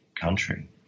country